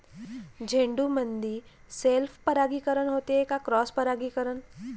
झेंडूमंदी सेल्फ परागीकरन होते का क्रॉस परागीकरन?